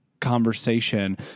conversation